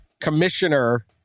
commissioner